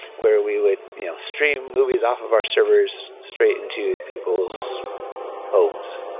where we would you know stream movies off of our servers straight into people's homes,